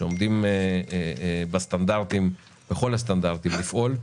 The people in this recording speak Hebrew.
שעומדים בכל הסטנדרטים לפעול,